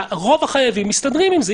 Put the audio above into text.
רוב החייבים מסתדרים עם זה.